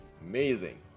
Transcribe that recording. Amazing